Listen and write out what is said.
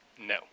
No